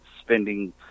spending